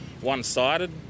one-sided